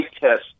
test